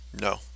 no